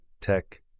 tech